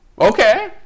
Okay